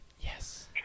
Yes